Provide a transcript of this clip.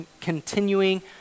continuing